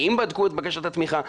האם בדקו את בקשת התמיכה.